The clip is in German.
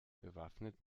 bewaffnet